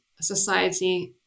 society